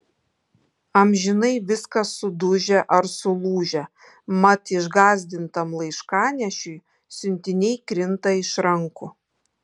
amžinai viskas sudužę ar sulūžę mat išgąsdintam laiškanešiui siuntiniai krinta iš rankų